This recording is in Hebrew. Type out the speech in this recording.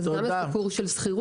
אז גם הסיפור של שכירות,